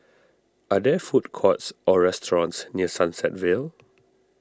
are there food courts or restaurants near Sunset Vale